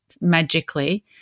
magically